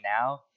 now